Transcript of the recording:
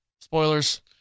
Spoilers